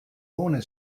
ohne